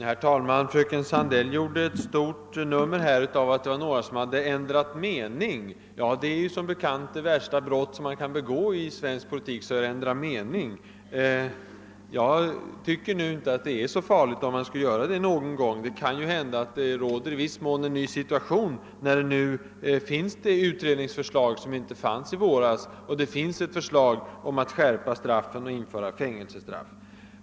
Herr talman! Fröken Sandell gjorde stort nummer av att det var några som hade ändrat mening. Ja, det är ju som bekant det värsta brott man kan begå i svensk politik. Jag tycker nu inte att det är så farligt om man skulle göra det någon gång. Det kan ju hända att det i viss mån råder en ny situation när det nu finns ett utredningsförslag som inte fanns i våras och ett förslag om att skärpa straffet och införa fängelse.